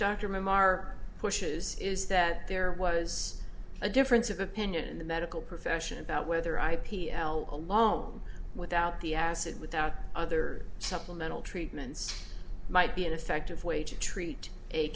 maher pushes is that there was a difference of opinion in the medical profession about whether i p l along without the acid without other supplemental treatments might be an effective way to treat a